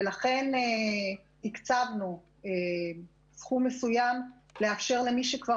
לכן הקצבנו סכום מסוים כדי לאפשר למי שכבר